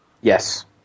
Yes